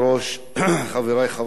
חברי חברי הכנסת,